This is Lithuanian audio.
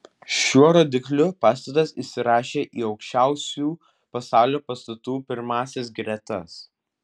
šiuo rodikliu pastatas įsirašė į aukščiausių pasaulio pastatų pirmąsias gretas